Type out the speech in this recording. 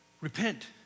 Repent